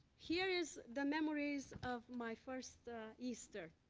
here is the memories of my first easter.